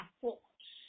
force